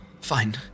Fine